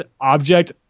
object